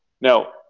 Now